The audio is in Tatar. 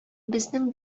безнең